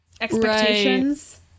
expectations